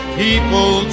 people